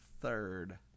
third